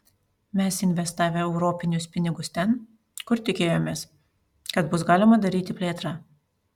mes investavę europinius pinigus ten kur tikėjomės kad bus galima daryti plėtrą